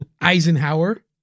Eisenhower